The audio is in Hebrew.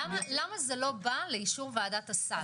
למה זה לא בא לאישור ועדת הסל?